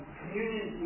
communion